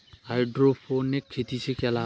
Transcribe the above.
Hydroponic खेती से क्या लाभ हैं?